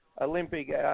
Olympic